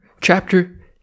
chapter